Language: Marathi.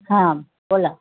हां बोला